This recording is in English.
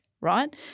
right